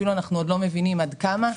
אנחנו אפילו לא מבינים עד כמה,